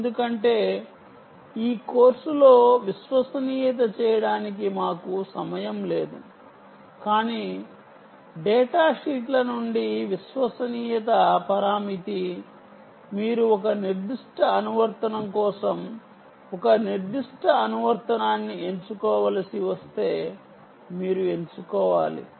ఎందుకంటే ఈ కోర్సులో విశ్వసనీయత చేయడానికి మాకు సమయం లేదు కానీ డేటాషీట్ల నుండి విశ్వసనీయత పరామితి మీరు ఒక నిర్దిష్ట అనువర్తనం కోసం ఒక నిర్దిష్ట అనువర్తనాన్ని ఎంచుకోవలసి వస్తే మీరు ఎంచుకోవాలి